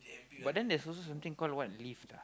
but then there's something called what Lyft ah